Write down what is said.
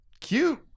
cute